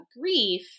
grief